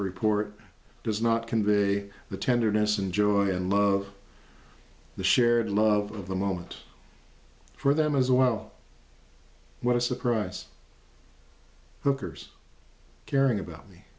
report does not convey the tenderness and joy and love the shared love of the moment for them as well what a surprise booker's caring about